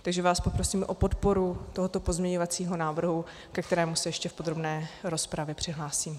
Takže vás prosím o podporu tohoto pozměňovacího návrhu, ke kterému se ještě v podrobné rozpravě přihlásím.